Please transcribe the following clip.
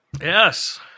Yes